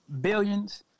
billions